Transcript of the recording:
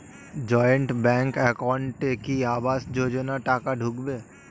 Joint bank একাউন্টে কি আবাস যোজনা টাকা ঢুকবে?